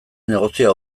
negozioa